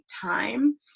time